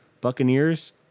Buccaneers